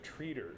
treaters